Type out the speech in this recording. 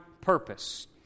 purpose